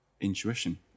intuition